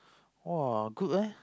!wow! good eh